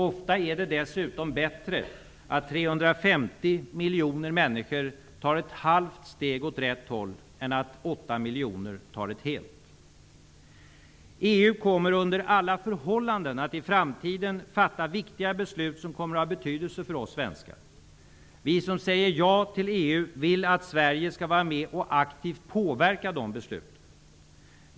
Ofta är det dessutom bättre att 350 miljoner människor tar ett halvt steg åt rätt håll än att 8 miljoner tar ett helt. EU kommer under alla förhållanden att i framtiden fatta viktiga beslut som kommer att ha betydelse för oss svenskar. Vi som säger ja till EU vill att Sverige skall vara med och aktivt påverka de besluten.